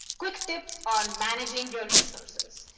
quick tips on managing your resources.